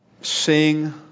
Sing